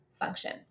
function